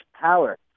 power